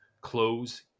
close